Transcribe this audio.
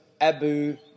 Abu